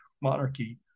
monarchy